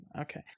Okay